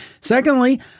Secondly